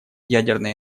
ядерной